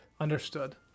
Understood